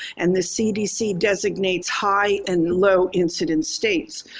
and the cdc designates high and low-incidence states.